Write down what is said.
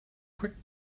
quick